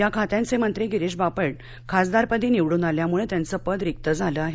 या खात्यांचे मंत्री गिरीश बापट खासदारपदी निवडून आल्यामुळे त्यांचं पद रिक्त झालं आहे